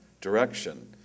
direction